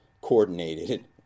coordinated